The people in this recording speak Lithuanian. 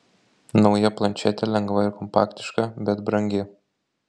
nauja plančetė lengva ir kompaktiška bet brangi